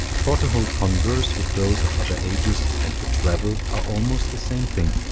for to hold converse with those of other ages and to travel, are almost the same thing.